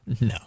no